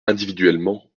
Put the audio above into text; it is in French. individuellement